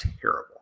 terrible